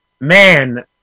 man